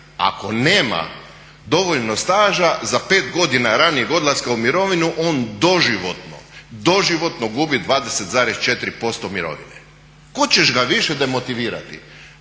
ako nema dovoljno staža, za 5 godina ranijeg odlaska u mirovinu on doživotno gubi 20,4% mirovine. Kuda ćeš ga više demotivirati?